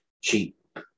cheap